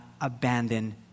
abandon